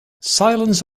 silence